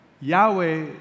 Yahweh